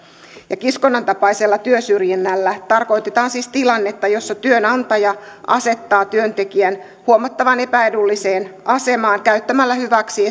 kiskonnan tapaisella työsyrjinnällä tarkoitetaan siis tilannetta jossa työnantaja asettaa työntekijän huomattavan epäedulliseen asemaan käyttämällä hyväksi